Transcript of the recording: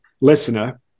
listener